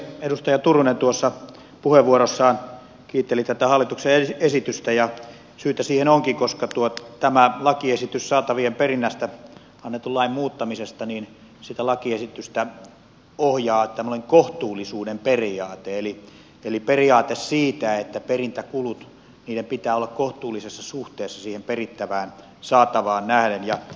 edustaja turunen tuossa puheenvuorossaan kiitteli tätä hallituksen esitystä ja syytä siihen onkin koska tätä lakiesitystä saatavien perinnästä annetun lain muuttamisesta ohjaa tämmöinen kohtuullisuuden periaate eli se periaate että perintäkulujen pitää olla kohtuullisessa suhteessa siihen perittävään saatavaan nähden